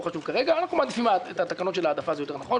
אנחנו מעדיפים את התקנות של ההעדפה, זה יותר נכון.